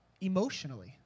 emotionally